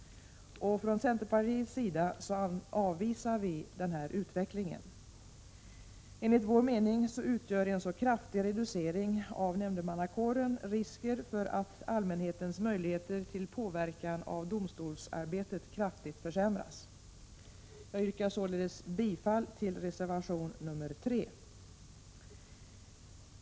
Från centerpartiets sida avvisar vi en sådan utveckling. Enligt vår mening medför en så kraftig reducering av nämndemannakåren risk för att allmänhetens möjligheter till påverkan av domstolsarbetet kraftigt försämras. Jag yrkar således bifall till reservation nr 3.